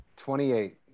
28